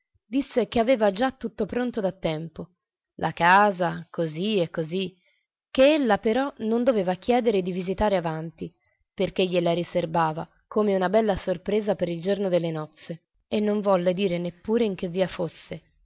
disse che aveva già tutto pronto da tempo la casa così e così che ella però non doveva chiedere di visitare avanti perché gliela riserbava come una bella sorpresa per il giorno delle nozze e non volle dire neppure in che via fosse